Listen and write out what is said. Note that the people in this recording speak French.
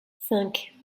cinq